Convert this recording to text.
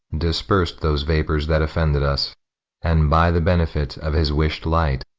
dispers'd those vapours that offended us and, by the benefit of his wished light,